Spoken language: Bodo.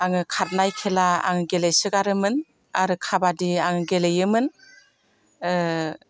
आङो खारनाय खेला आं गेलेसो गारोमोन आङो खाबादि आङो गेलेयोमोन